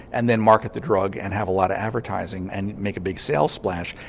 and then market the drug and have a lot of advertising and make a big sales splash.